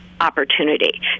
opportunity